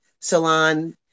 salon